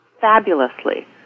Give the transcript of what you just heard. fabulously